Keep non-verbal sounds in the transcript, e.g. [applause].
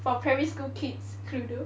for primary school kids cluedo [laughs]